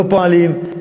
לא פועלים,